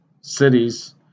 cities